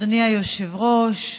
אדוני היושב-ראש,